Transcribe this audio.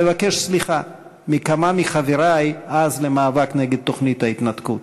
לבקש סליחה מכמה מחברי אז למאבק נגד תוכנית ההתנתקות.